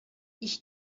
ich